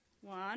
One